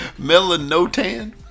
Melanotan